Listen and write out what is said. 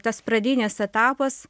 tas pradinis etapas